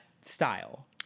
style